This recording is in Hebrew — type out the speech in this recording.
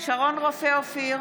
שרון רופא אופיר,